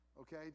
Okay